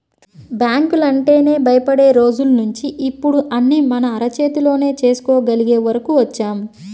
బ్యాంకులంటేనే భయపడే రోజుల్నించి ఇప్పుడు అన్నీ మన అరచేతిలోనే చేసుకోగలిగే వరకు వచ్చాం